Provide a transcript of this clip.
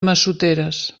massoteres